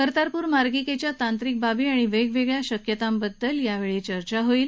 कर्तारपूर मार्गिकेच्या तांत्रिक बाबी आणि वेगवेगळ्या शक्यतांबद्दल या वेळी बोलणी होईल